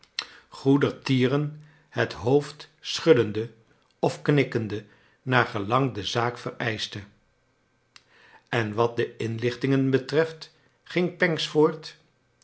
goederkleine dorrit tieren het hoofd schuddende of knikkende naar gelang de zaak vereischte en wat de inlichtingen betreft ging pancks voort